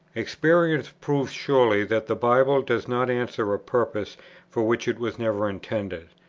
experience proves surely that the bible does not answer a purpose for which it was never intended.